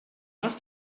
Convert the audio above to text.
must